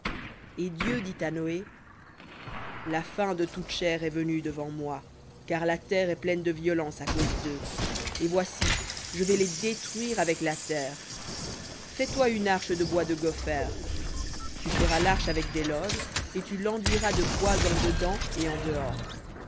et dieu dit à noé la fin de toute chair est venue devant moi car la terre est pleine de violence à cause d'eux et voici je vais les détruire avec la terre fais-toi une arche de bois de gopher tu feras l'arche avec des loges et tu l'enduiras de poix en dedans et en dehors